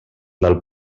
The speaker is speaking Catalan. del